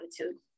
attitude